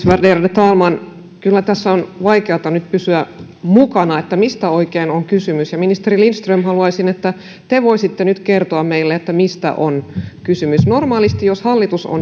värderade talman kyllä tässä on nyt vaikeata pysyä mukana mistä oikein on kysymys ministeri lindström haluaisin että te voisitte nyt kertoa meille mistä on kysymys normaalisti jos hallitus on